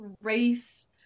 race